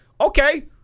Okay